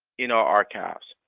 in our archives.